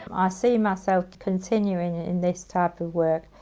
i see myself continuing in this type of work,